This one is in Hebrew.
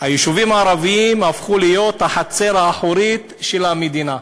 היישובים הערביים הפכו להיות החצר האחורית של המדינה,